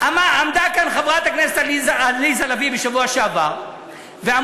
עמדה כאן חברת הכנסת עליזה לביא בשבוע שעבר ואמרה